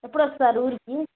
ఎప్పుడు వస్తారు ఊరికి